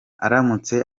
aramutse